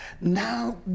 Now